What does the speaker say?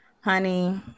Honey